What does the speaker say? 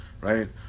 right